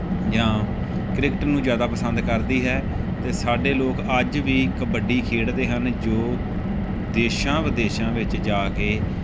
ਜਾਂ ਕ੍ਰਿਕਟ ਨੂੰ ਜ਼ਿਆਦਾ ਪਸੰਦ ਕਰਦੀ ਹੈ ਅਤੇ ਸਾਡੇ ਲੋਕ ਅੱਜ ਵੀ ਕਬੱਡੀ ਖੇਡਦੇ ਹਨ ਜੋ ਦੇਸ਼ਾਂ ਵਿਦੇਸ਼ਾਂ ਵਿੱਚ ਜਾ ਕੇ